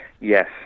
Yes